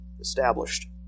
established